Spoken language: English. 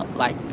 like,